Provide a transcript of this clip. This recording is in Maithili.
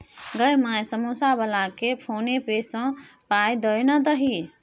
गै माय समौसा बलाकेँ फोने पे सँ पाय दए ना दही